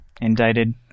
indicted